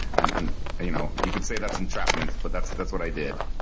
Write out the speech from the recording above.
and and you know you could say that's entrapment, but that's that's what i did.